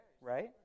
Right